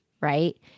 right